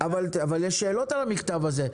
אבל יש שאלות על המכתב הזה.